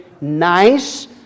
nice